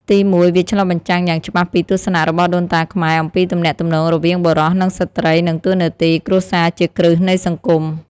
ទីមួយ វាឆ្លុះបញ្ចាំងយ៉ាងច្បាស់ពីទស្សនៈរបស់ដូនតាខ្មែរអំពីទំនាក់ទំនងរវាងបុរសនិងស្ត្រី និងតួនាទីគ្រួសារជាគ្រឹះនៃសង្គម។